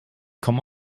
kommen